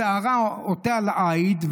בסערה עוטה על עיט,